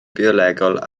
biolegol